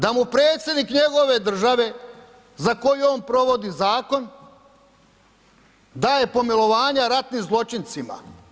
Da mu Predsjednik njegove države za koju on provodi zakon, daje pomilovanja ratnim zločincima.